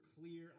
clear